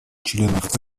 членов